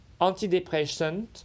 antidepressant